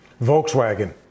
Volkswagen